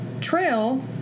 Trail